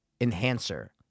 enhancer